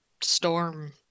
storm